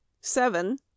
seven